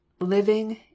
Living